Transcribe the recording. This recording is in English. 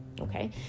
Okay